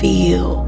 Feel